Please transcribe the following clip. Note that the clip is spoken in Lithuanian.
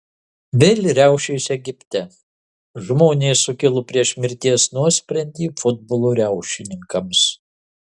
vėl riaušės egipte žmonės sukilo prieš mirties nuosprendį futbolo riaušininkams